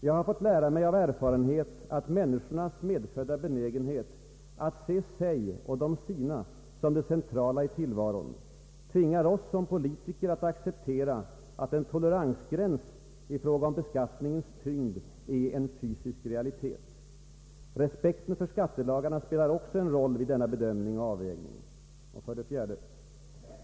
”Jag har fått lära mig av erfarenhet att människornas medfödda benägenhet att se sig och de sina som det centrala i tillvaron tvingar oss som Ppolitiker att acceptera att en toleransgräns i fråga om beskattningens tyngd är en fysisk realitet. Respekten för skattelagarna spelar också en roll vid denna bedömning och avvägning.” 4.